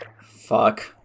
Fuck